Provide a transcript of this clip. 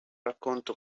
racconto